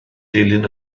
dilyn